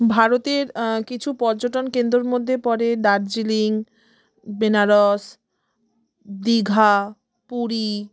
ভারতের কিছু পর্যটন কেন্দ্রর মধ্যে পড়ে দার্জিলিং বেনারস দীঘা পুরী